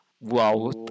Wow